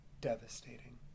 devastating